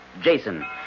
Jason